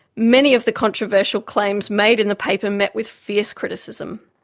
many of the controversial claims made in the paper met with fierce criticism.